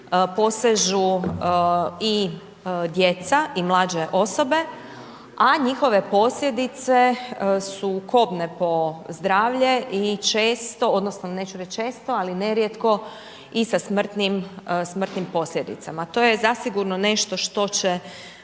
posežu i djeca i mlađe osobe, a njihove posljedice su kobne po zdravlje i često odnosno neću reći često, ali nerijetko i sa smrtnim posljedicama. To je zasigurno nešto što će